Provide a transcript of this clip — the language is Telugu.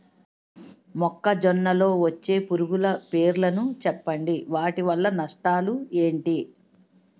మొక్కజొన్న లో వచ్చే పురుగుల పేర్లను చెప్పండి? వాటి వల్ల నష్టాలు ఎంటి?